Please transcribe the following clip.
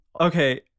Okay